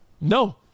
No